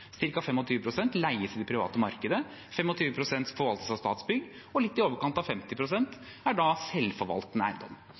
private markedet, 25 pst. forvaltes av Statsbygg, og litt i overkant av